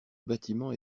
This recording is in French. bâtiment